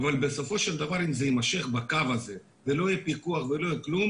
בסופו של דבר אם זה יימשך בקו הזה ולא יהיה פיקוח ולא יהיה כלום